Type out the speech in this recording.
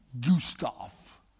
Gustav